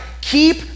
Keep